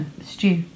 Stew